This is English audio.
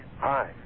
Hi